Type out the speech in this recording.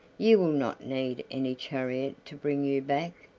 you will not need any chariot to bring you back.